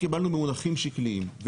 במונחים שקליים,